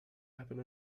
happen